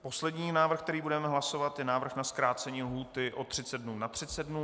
Poslední návrh, o kterém budeme hlasovat, je návrh na zkrácení lhůty o 30 dnů na 30 dnů.